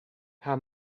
how